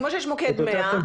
כמו שיש מוקד 100,